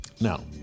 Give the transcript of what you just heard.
Now